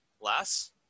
less